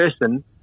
person